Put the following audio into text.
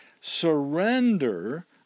surrender